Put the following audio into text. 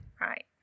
right